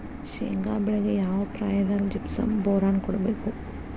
ಶೇಂಗಾ ಬೆಳೆಗೆ ಯಾವ ಪ್ರಾಯದಾಗ ಜಿಪ್ಸಂ ಬೋರಾನ್ ಕೊಡಬೇಕು?